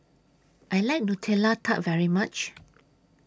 I like Nutella Tart very much